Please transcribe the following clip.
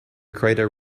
crater